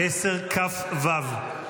-- 10 כ"ו.